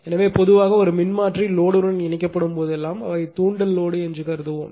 எனவே பொதுவாக ஒரு மின்மாற்றி லோடு உடன் இணைக்கப்படும் போதெல்லாம் அவை தூண்டல் லோடு என்று கருதுவோம்